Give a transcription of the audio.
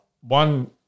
one